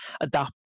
adapt